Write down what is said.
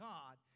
God